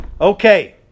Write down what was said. Okay